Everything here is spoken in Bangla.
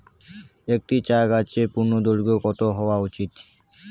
একটি চা গাছের পূর্ণদৈর্ঘ্য কত হওয়া উচিৎ?